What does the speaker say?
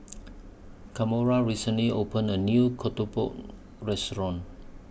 Kamora recently opened A New Restaurant